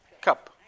cup